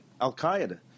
Al-Qaeda